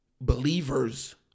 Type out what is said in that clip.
believers